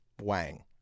wang